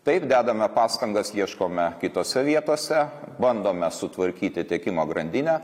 taip dedame pastangas ieškome kitose vietose bandome sutvarkyti tiekimo grandinę